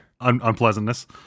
unpleasantness